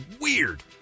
weird